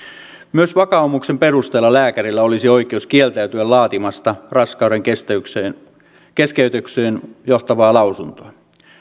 myös vakaumuksen perusteella lääkärillä olisi oikeus kieltäytyä laatimasta raskaudenkeskeytykseen johtavaa lausuntoa